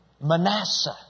Manasseh